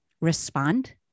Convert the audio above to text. respond